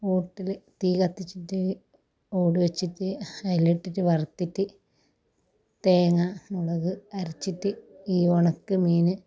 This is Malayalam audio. ഓട്ടിൽ തീ കത്തിച്ചിട്ട് ഓട് വെച്ചിട്ട് അതിലിട്ടിട്ട് വറത്തിട്ട് തേങ്ങ മുളക് അരച്ചിട്ട് ഈ ഒണക്ക മീൻ